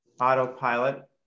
autopilot